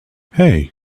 hey